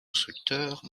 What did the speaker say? constructeurs